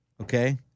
Okay